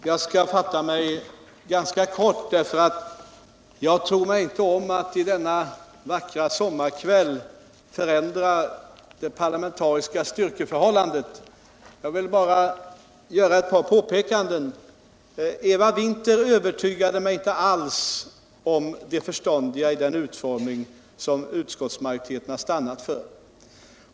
Herr talman! Jag kan fatta mig ganska kort. Jag tror mig inte om att i denna vackra sommarkväll kunna förändra det parlamentariska styrkeförhållandet. Jag vill bara göra ett par påpekanden. Eva Winther övertygade mig inte alls om det förståndiga i den utformning som utskottsmajoriteten har stannat för.